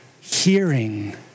hearing